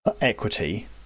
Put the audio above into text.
equity